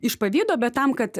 iš pavydo bet tam kad